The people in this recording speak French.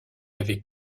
avait